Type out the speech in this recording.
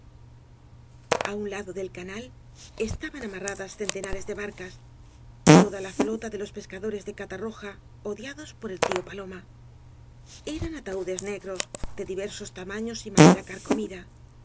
a un lado del canal estaban amarradas centenares de barcas toda la flota de los pescadores de catarrcja odiados por el tío paloma eran ataúdes negros de diversos tamaños y madera carcomida